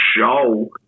show